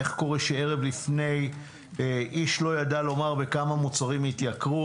איך קורה שערב לפני איש לא ידע לומר בכמה מוצרים יתייקרו